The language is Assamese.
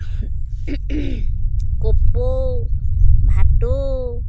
কপৌ ভাটৌ